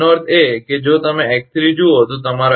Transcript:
એનો અર્થ એ કે જો તમે તે x3 જુઓ તો તમારો